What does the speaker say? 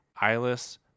eyeless